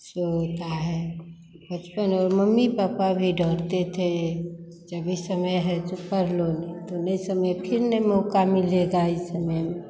सो होता है बचपन और मम्मी पापा भी डाँटते थे जभी समय है तो पढ़ लो नहीं तो नहीं समय फिर नहीं मौक़ा मिलेगा इस समय में